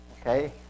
Okay